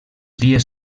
dies